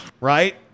Right